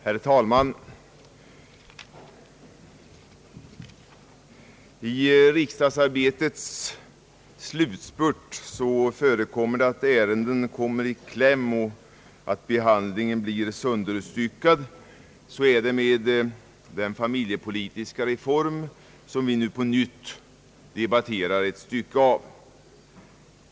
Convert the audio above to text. Herr talman! I riksdagsarbetets slutspurt förekommer att ärenden kommer i kläm och att behandlingen blir sönderstyckad. Så är fallet med den familjepolitiska reform, som vi nu på nytt skall debattera.